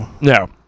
No